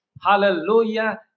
Hallelujah